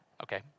okay